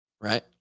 right